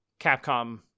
Capcom